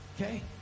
Okay